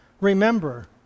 remember